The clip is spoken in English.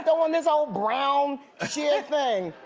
throw on this old brown ah sheer thing.